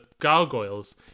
gargoyles